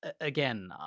again